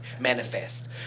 Manifest